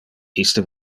iste